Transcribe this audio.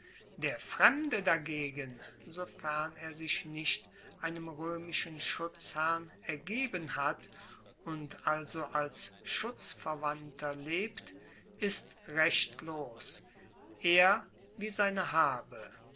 der fremde dagegen sofern er sich nicht einem roemischen schutzherrn ergeben hat und also als schutzverwandter lebt ist rechtlos er wie seine habe